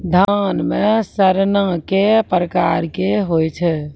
धान म सड़ना कै प्रकार के होय छै?